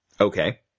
Okay